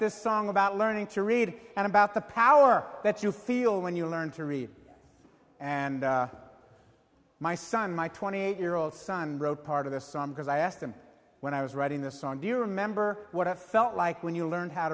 this song about learning to read and about the power that you feel when you learn to read and my son my twenty eight year old son wrote part of this song because i asked him when i was writing this song do you remember what it felt like when you learned how